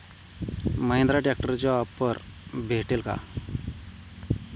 महिंद्रा ट्रॅक्टरवर ऑफर भेटेल का?